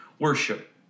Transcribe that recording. Worship